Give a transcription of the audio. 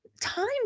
time